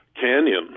Canyon